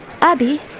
Abby